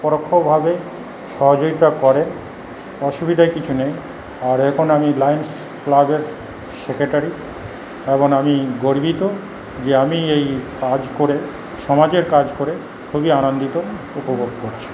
পরোক্ষভাবে সহযোগিতা করেন অসুবিধা কিছু নেই আর এখন আমি লায়েন্স ক্লাবের সেক্রেটারি এবং আমি গর্বিত যে আমি এই কাজ করে সমাজের কাজ করে খুবই আনন্দিত উপভোগ করছি